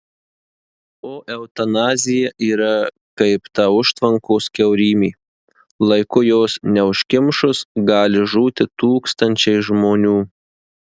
o eutanazija yra kaip ta užtvankos kiaurymė laiku jos neužkimšus gali žūti tūkstančiai žmonių